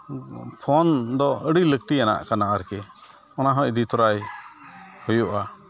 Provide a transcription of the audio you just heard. phone ᱫᱚ ᱟᱹᱰᱤ ᱞᱟᱹᱠᱛᱤ ᱭᱟᱱᱟᱜ ᱠᱟᱱᱟ ᱟᱨᱠᱤ ᱚᱱᱟᱦᱚᱸ ᱤᱫᱤ ᱛᱟᱨᱟᱭ ᱦᱩᱭᱩᱜᱼᱟ